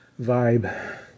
vibe